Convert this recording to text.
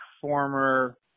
former